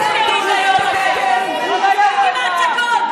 ותלכו לבתי עלמין צבאיים.